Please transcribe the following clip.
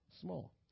small